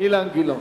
אילן גילאון.